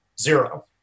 zero